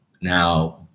now